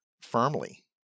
firmly